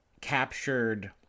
captured